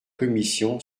commission